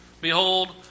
Behold